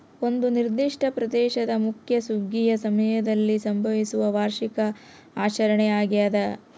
ಒಂದು ನಿರ್ದಿಷ್ಟ ಪ್ರದೇಶದ ಮುಖ್ಯ ಸುಗ್ಗಿಯ ಸಮಯದಲ್ಲಿ ಸಂಭವಿಸುವ ವಾರ್ಷಿಕ ಆಚರಣೆ ಆಗ್ಯಾದ